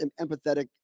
empathetic